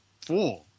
four